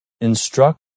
instruct